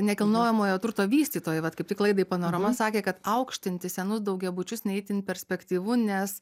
nekilnojamojo turto vystytojai vat kaip tik laidai panorama sakė kad aukštinti senus daugiabučius ne itin perspektyvu nes